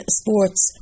sports